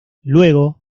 luego